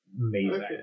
amazing